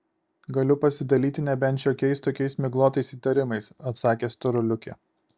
galiu pasidalyti nebent šiokiais tokiais miglotais įtarimais atsakė storuliuke